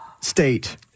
state